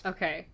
Okay